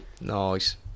Nice